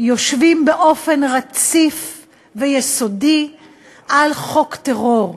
יושבים באופן רציף ויסודי על חוק טרור,